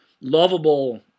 lovable